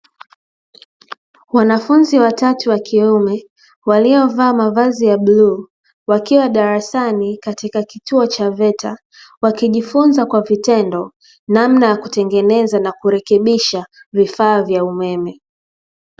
Wanafunzi watatu wa kiume waliovaa mavazi ya bluu wakiwa darasani katika kituo cha veta wakijifunza kwa vitendo namna ya kutengeneza na kurekebisha vifaa vya umeme.